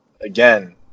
again